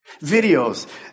videos